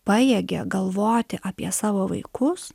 pajėgia galvoti apie savo vaikus